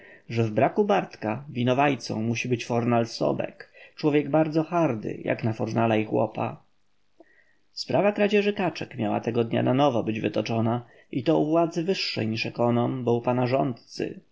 że w braku bartka winowajcą być musi fornal sobek człowiek bardzo hardy jak na fornala i chłopa sprawa kradzieży kaczek miała tego dnia nanowo być wytoczona i to u władzy wyższej niż ekonom bo u pana rządcy